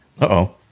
Uh-oh